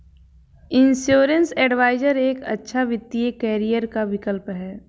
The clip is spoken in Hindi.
इंश्योरेंस एडवाइजर एक अच्छा वित्तीय करियर का विकल्प है